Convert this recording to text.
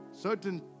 Certain